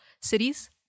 cities